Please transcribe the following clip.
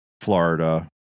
florida